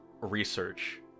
research